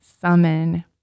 summon